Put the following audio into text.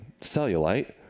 cellulite